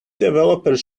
developers